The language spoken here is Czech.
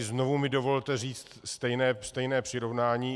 Znovu mi dovolte říct stejné přirovnání.